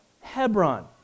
Hebron